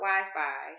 Wi-Fi